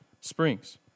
springs